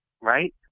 right